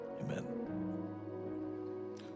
amen